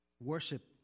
worship